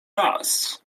raz